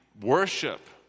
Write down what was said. Worship